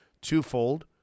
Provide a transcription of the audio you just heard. twofold